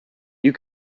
you